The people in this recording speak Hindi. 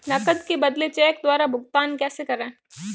नकद के बदले चेक द्वारा भुगतान कैसे करें?